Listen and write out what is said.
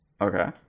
Okay